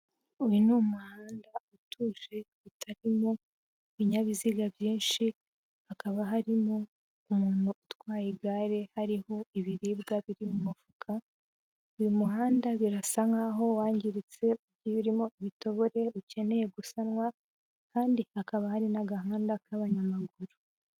uyu ni umuhanda utuje, utarimo ibinyabiziga byinshi, hakaba harimo umuntu utwaye igare, harho ibiribwa biri mu mufuka, uyu muhanda birasa nkaho wangiritse, ugiye urimo ibitobore, ukeneye gusanwa kandi hakaba hari n'agahanda k'abanyamaguru.